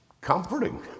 comforting